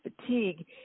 fatigue